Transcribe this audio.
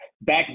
back